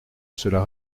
cela